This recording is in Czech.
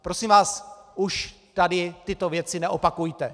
Prosím vás, už tady tyto věci neopakujte!